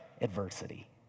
Adversity